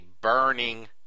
burning